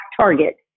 target